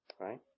Right